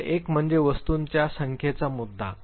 तर एक म्हणजे वस्तूंच्या संख्येचा मुद्दा